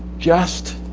just